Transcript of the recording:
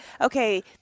okay